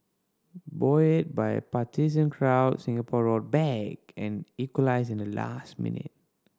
buoyed by a partisan crowd Singapore roared back and equalised in the last minute